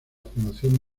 fundación